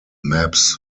maps